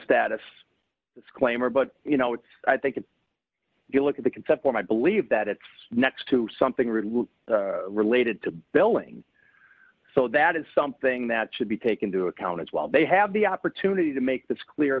status disclaimer but you know what i think if you look at the concept when i believe that it's next to something really related to billing so that is something that should be take into account as well they have the opportunity to make this clear